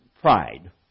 pride